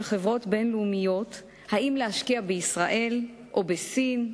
חברות בין-לאומיות אם להשקיע בישראל או בסין,